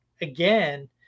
again